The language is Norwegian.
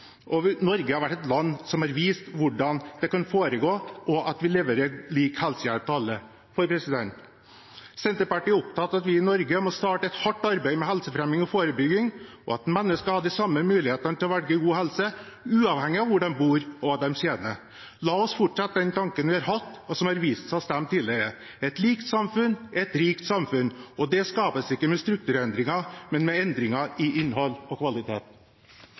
menneskerett, og Norge har vært et land som har vist hvordan det kan foregå, og at vi leverer lik helsehjelp til alle. Senterpartiet er opptatt av at vi i Norge må starte et hardt arbeid med helsefremming og forebygging, at mennesker skal ha de samme mulighetene til å velge god helse, uavhengig av hvor de bor, og hva de tjener. La oss fortsette med den tanken vi har hatt, og som har vist seg å stemme tidligere. Et likt samfunn er et rikt samfunn, og det skapes ikke med strukturendringer, men med endringer i innhold og kvalitet.